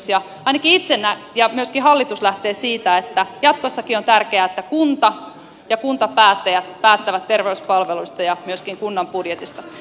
ainakin itse näen ja myöskin hallitus lähtee siitä että jatkossakin on tärkeää että kunta ja kuntapäättäjät päättävät terveyspalveluista ja myöskin kunnan budjetista